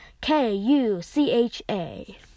K-U-C-H-A